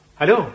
Hello